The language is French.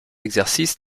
exercices